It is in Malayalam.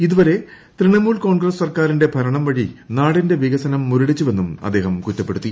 ഇതുവരെ തൃണമൂൽ കോൺഗ്രസ് സർക്കാരിന്റെ ഭരണം വഴി നാടിന്റെ വികസനം മുരടിച്ചുവെന്നും അദ്ദേഹം കുറ്റപ്പെടുത്തി